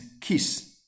KISS